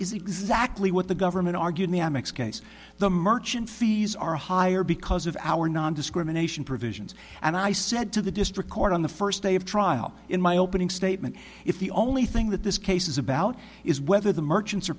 is exactly what the government argued meow mix case the merchant fees are higher because of our nondiscrimination provisions and i said to the district court on the first day of trial in my opening statement if the only thing that this case is about is whether the merchants are